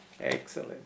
Excellent